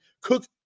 Cook